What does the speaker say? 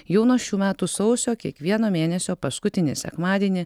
jau nuo šių metų sausio kiekvieno mėnesio paskutinį sekmadienį